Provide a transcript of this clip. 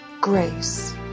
grace